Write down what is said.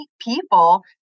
people